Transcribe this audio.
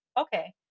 Okay